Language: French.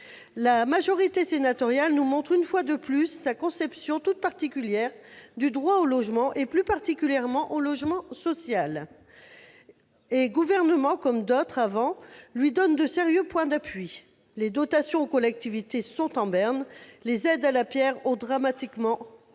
La majorité sénatoriale nous montre, une fois de plus, sa conception toute particulière du droit au logement et, plus spécialement, du logement social. Le Gouvernement, comme d'autres avant, lui donne de sérieux points d'appui : les dotations aux collectivités sont en berne, les aides à la pierre sont dramatiquement